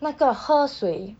那个喝水